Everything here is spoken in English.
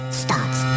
starts